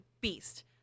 beast